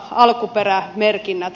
arvoisa puhemies